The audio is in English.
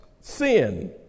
Sin